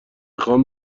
خوام